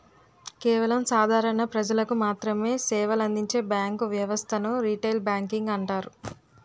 కేవలం సాధారణ ప్రజలకు మాత్రమె సేవలందించే బ్యాంకు వ్యవస్థను రిటైల్ బ్యాంకింగ్ అంటారు